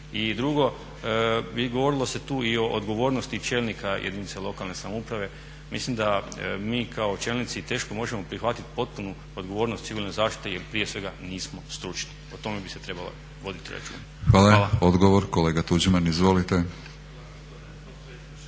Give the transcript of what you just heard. drugo, govorilo se tu i o odgovornosti čelnika jedinice lokalne samouprave. Mislim da mi kao čelnici teško možemo prihvatiti potpunu odgovornost civilne zaštite jer prije svega nismo stručni, o tome bi se trebalo voditi računa. Hvala. **Batinić, Milorad (HNS)** Hvala.